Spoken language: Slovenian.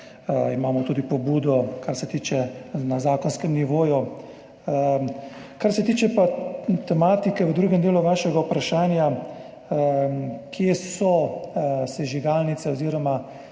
Imamo tudi pobudo, kar se tiče zakonskega nivoja. Kar se pa tiče tematike v drugem delu vašega vprašanja, kje so sežigalnice oziroma